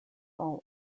all